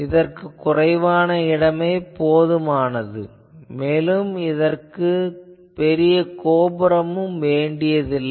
இதற்கு குறைவான இடமே போதுமானது மேலும் இதற்கு பெரிய கோபுரம் வேண்டியது இல்லை